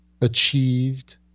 achieved